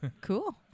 Cool